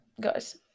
Guys